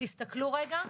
תסתכלו רגע,